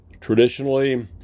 Traditionally